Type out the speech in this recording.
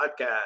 podcast